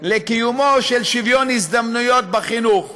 לקיומו של שוויון הזדמנויות בחינוך,